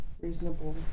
reasonable